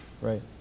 Right